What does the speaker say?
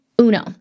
uno